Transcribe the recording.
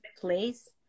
place